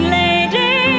lady